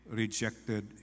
rejected